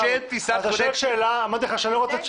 לא.